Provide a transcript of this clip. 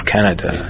Canada